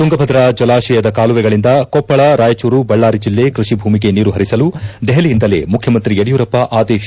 ತುಂಗಾಭದ್ರಾ ಜಲಾಶಯದ ಕಾಲುವೆಗಳಿಂದ ಕೊಪ್ಪಳ ರಾಯಚೂರು ಬಳ್ಳಾರಿ ಜಲ್ಲೆ ಕೃಷಿ ಭೂಮಿಗೆ ನೀರು ಹರಿಸಲು ದೆಹಲಿಯಿಂದಲೇ ಮುಖ್ಯಮಂತ್ರಿ ಯಡಿಯೂರಪ್ಪ ಆದೇಶ